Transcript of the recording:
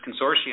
consortium